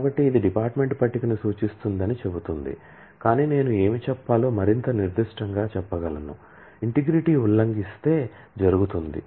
కాబట్టి ఇది department table ను సూచిస్తుందని చెప్తుంది కాని నేను ఏమి చెప్పాలో మరింత నిర్దిష్టంగా చెప్పగలను ఇంటిగ్రిటీ ఉల్లంఘిస్తే జరుగుతుంది